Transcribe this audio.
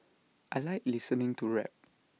I Like listening to rap